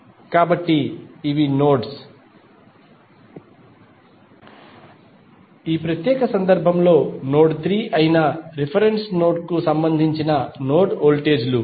కాబట్టి ఇవి నోడ్స్ ఈ ప్రత్యేక సందర్భంలో నోడ్ 3 అయిన రిఫరెన్స్ నోడ్ కు సంబంధించిన నోడ్ వోల్టేజ్ లు